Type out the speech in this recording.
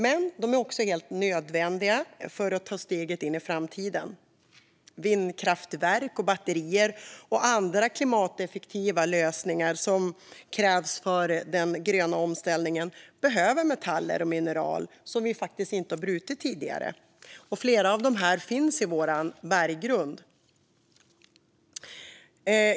Men de är också helt nödvändiga för att vi ska kunna ta steget in i framtiden. För vindkraftverk, batterier och andra klimateffektiva lösningar som krävs för den gröna omställningen behövs metaller och mineral som vi inte har brutit tidigare. Flera av dem finns också i vår berggrund. Fru talman!